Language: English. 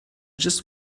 just